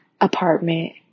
apartment